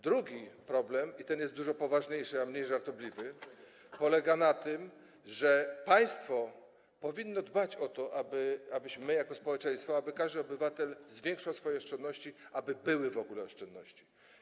Drugi problem - i ten jest dużo poważniejszy, a mniej żartobliwy - polega na tym, że państwo powinno dbać o to, abyśmy my jako społeczeństwo, aby każdy obywatel zwiększał swoje oszczędności, aby w ogóle były oszczędności.